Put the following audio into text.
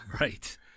Right